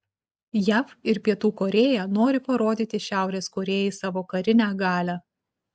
jav ir pietų korėja nori parodyti šiaurės korėjai savo karinę galią